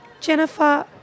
Jennifer